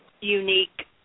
Unique